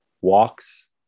walks